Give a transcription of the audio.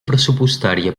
pressupostària